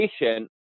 patient